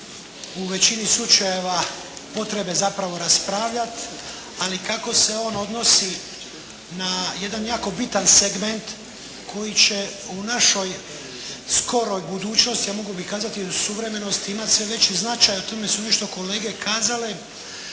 u većini slučajeva potrebe zapravo raspravljat, ali kako se on odnosi na jedan jako bitan segment koji će u našoj skoroj budućnosti a mogao bih kazati i suvremenosti, imati sve veći značaj. O tome su nešto kolege kazale.